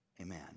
Amen